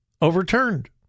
overturned